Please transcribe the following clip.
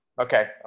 Okay